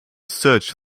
search